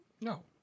No